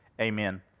amen